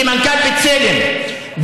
כמנכ"ל בצלם.